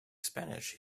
spanish